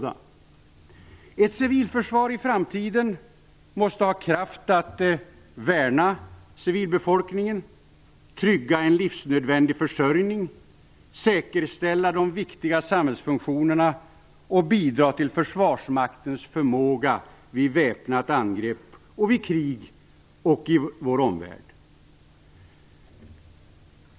Ett civilförsvar i framtiden måste ha kraft att värna civilbefolkningen, trygga en livsnödvändig försörjning, säkerställa de viktiga samhällsfunktionerna och bidra till försvarsmaktens förmåga vid väpnat angrepp och vid krig i vår omvärld.